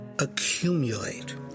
accumulate